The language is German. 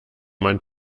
man